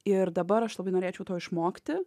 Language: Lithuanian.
ir dabar aš labai norėčiau to išmokti